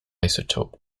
isotope